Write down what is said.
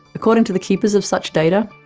according to the keepers of such data,